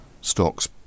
stocks